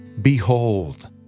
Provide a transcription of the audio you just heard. Behold